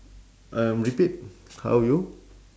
um repeat how you